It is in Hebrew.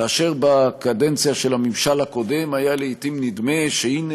כאשר בקדנציה של הממשל הקודם היה לעתים נדמה שהנה,